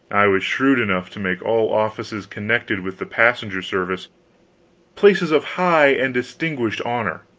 i was shrewd enough to make all offices connected with the passenger service places of high and distinguished honor.